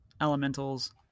elementals